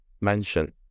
mention